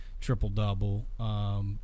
triple-double